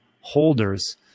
holders